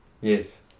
Yes